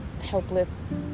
helpless